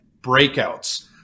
breakouts